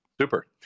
Super